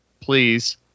Please